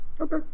Okay